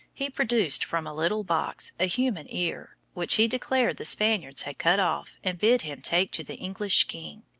he produced from a little box a human ear, which he declared the spaniards had cut off and bid him take to the english king.